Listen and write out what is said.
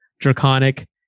draconic